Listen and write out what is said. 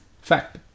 fact